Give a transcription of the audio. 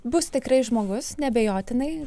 bus tikrai žmogus neabejotinai